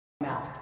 mouth